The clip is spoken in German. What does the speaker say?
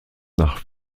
nach